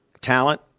talent